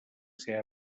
ser